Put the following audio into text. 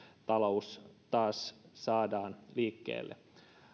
talous taas saadaan liikkeelle